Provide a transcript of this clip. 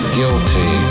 guilty